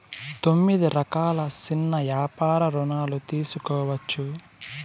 తొమ్మిది రకాల సిన్న యాపార రుణాలు తీసుకోవచ్చు